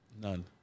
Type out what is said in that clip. None